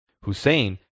Hussein